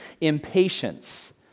impatience